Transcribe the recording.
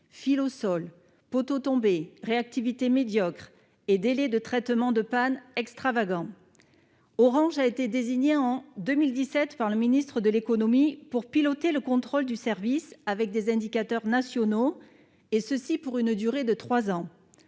au sol poteaux tombés réactivité médiocre et délais de traitement de pannes extravagant orange a été désigné en 2017, par le ministre de l'économie pour piloter le contrôle du service avec des indicateurs nationaux et ceci pour une durée de 3 ans